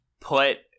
put